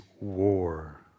war